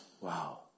Wow